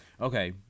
Okay